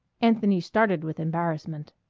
anthony started with embarrassment.